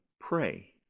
pray